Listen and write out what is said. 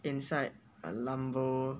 inside a lambo~